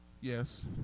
Yes